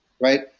right